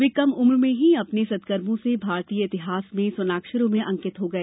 वे कम उम्र में ही अपने सदकर्मो से भारतीय इतिहास में स्वर्णाक्षरों में अंकित हो गए